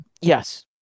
Yes